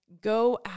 Go